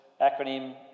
acronym